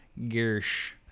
Gersh